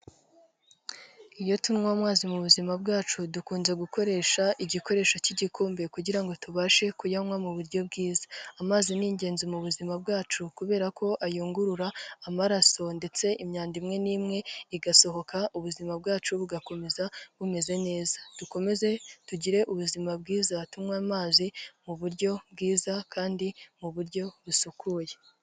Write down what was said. Iyo tunywa amazi mu buzima bwacu dukunze gukoresha igikoresho cy'igikombe kugira ngo tubashe kuyanywa mu buryo bwiza. Amazi ni ingenzi mu buzima bwacu kubera ko ayungurura amaraso ndetse imyanda imwe n'imwe igasohoka, ubuzima bwacu bugakomeza bumeze neza. Dukomeze tugire ubuzima bwiza tunywa amazi mu buryo bwiza kandi mu buryo busukuye.